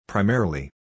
Primarily